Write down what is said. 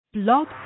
Blog